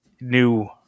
new